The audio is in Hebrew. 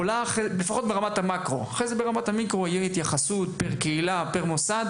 אחר כך תהיה התייחסות ברמת המיקרו.